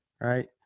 right